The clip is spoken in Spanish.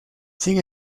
sin